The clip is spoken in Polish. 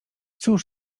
cóż